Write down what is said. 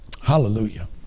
Hallelujah